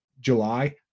July